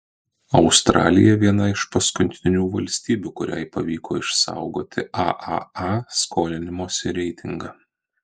australija viena iš paskutinių valstybių kuriai pavyko išsaugoti aaa skolinimosi reitingą